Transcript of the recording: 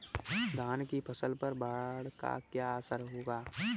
धान की फसल पर बाढ़ का क्या असर होगा?